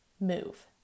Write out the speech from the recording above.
move